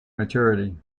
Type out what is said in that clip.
maturity